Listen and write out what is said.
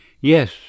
Yes